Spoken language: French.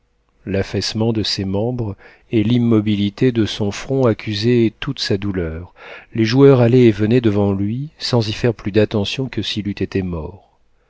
l'affaissement de ses membres et l'immobilité de son front accusaient toute sa douleur les joueurs allaient et venaient devant lui sans y faire plus d'attention que s'il eût été mort